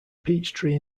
peachtree